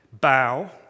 bow